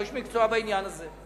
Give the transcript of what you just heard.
אני לא איש מקצוע בעניין הזה.